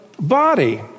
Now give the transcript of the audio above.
body